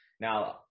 Now